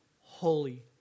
holy